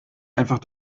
einfach